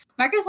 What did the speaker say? Microsoft